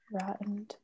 Rotten